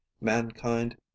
mankind